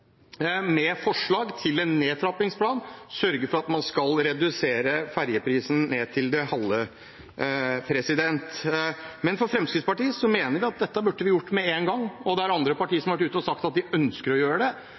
med forslag til en nedtrappingsplan og sørge for at man skal redusere ferjeprisene ned til det halve. Men Fremskrittspartiet mener at dette burde vi gjort med en gang. Det er andre partier som har vært ute og sagt at de ønsker å gjøre det,